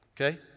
Okay